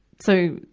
so,